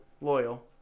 loyal